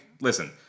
listen